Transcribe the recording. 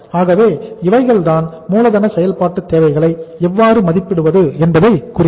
ஆகவே இவைகள்தான் மூலதன செயல்பாட்டு தேவைகளை எவ்வாறு மதிப்பிடுவது என்பதை குறிக்கும்